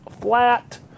flat